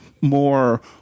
more